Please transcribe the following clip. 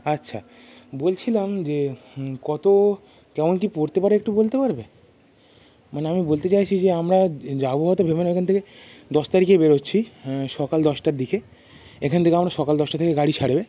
আচ্ছা বলছিলাম যে কত কেমন কী পড়তে পারে একটু বলতে পারবে মানে আমি বলতে চাইছি যে আমরা যাব হয়তো ভেবে নাও এখান থেকে দশ তারিখে বেরোচ্ছি সকাল দশটার দিকে এখান থেকে আমরা সকাল দশটা থেকে গাড়ি ছাড়বে